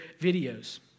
videos